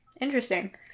Interesting